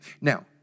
Now